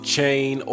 Chain